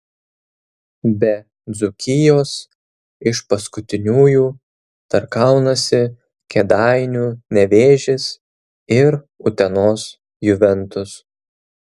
be dzūkijos iš paskutiniųjų dar kaunasi kėdainių nevėžis ir utenos juventus